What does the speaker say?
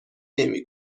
نمی